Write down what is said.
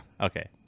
Okay